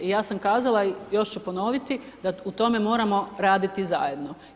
I ja sam kazala i još ću ponoviti da u tome moramo raditi zajedno.